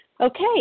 Okay